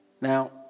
Now